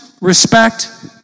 respect